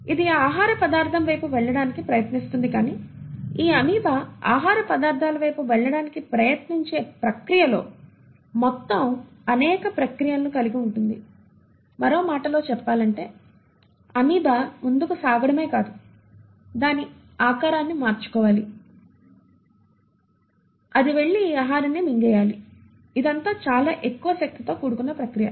ఇది ఆ ఆహార పదార్ధం వైపు వెళ్ళడానికి ప్రయత్నిస్తుంది కానీ ఈ అమీబా ఆహార పదార్ధాల వైపు వెళ్ళడానికి ప్రయత్నించే ప్రక్రియలో మొత్తం అనేక ప్రక్రియలను కలిగి ఉంటుంది మరో మాటలో చెప్పాలంటే అమీబా ముందుకు సాగడమే కాదు దాని ఆకారాన్ని మార్చుకోవాలి అది వెళ్లి ఈ ఆహారాన్ని మింగేయాలి ఇదంతా చాలా ఎక్కువ శక్తితో కూడుకున్న ప్రక్రియ